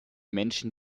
menschen